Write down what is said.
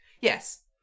Yes